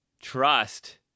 trust